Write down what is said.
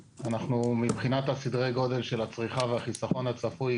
מבחינת סדרי הגודל של הצריכה והחיסכון הצפוי,